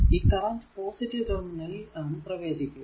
ഈ current positive ടെർമിനലിൽ ആണ് പ്രവേശിക്കുക